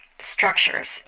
structures